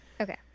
Okay